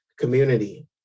community